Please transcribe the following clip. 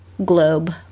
Globe